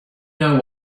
know